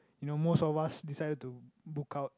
you know most of us decided to book out